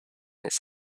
his